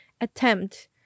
attempt